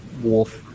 wolf